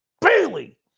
Bailey